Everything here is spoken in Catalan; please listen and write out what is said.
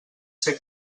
ser